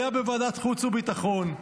היה בוועדת חוץ וביטחון.